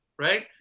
right